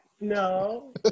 No